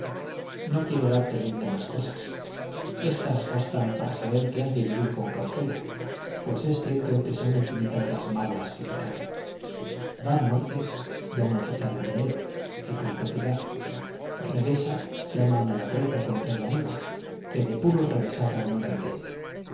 no quiero darte luz de más cosas estas bastan para saber que has de vivir con cautela pues es cierto que son infinitas las maulas que te callo dar muerte llaman quitar el dinero y con propiedad revesa llaman la treta contra el amigo que de puro revesada no la entiende